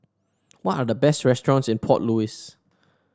what are the best restaurants in Port Louis